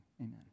amen